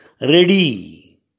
ready